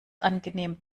angenehm